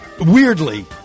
Weirdly